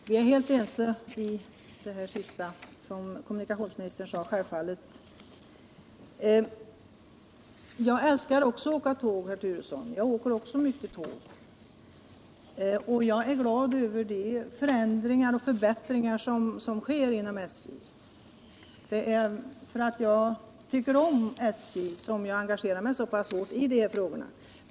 Herr talman! Jag är självfallet helt ense med kommunikationsministern när det gäller det sista som han sade. Jag älskar också att åka tåg, herr Turesson. Jag åker mycket tåg, och jag är glad över de förändringar och förbättringar som sker inom SJ. Det är därför att jag tycker om SJ som jag engagerar mig så pass hårt i de här frågorna.